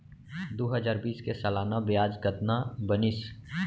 दू हजार बीस के सालाना ब्याज कतना बनिस?